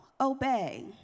obey